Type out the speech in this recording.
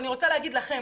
ואני רוצה להגיד לכם,